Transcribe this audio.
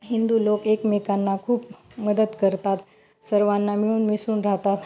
हिंदू लोक एकमेकांना खूप मदत करतात सर्वांना मिळून मिसळून राहतात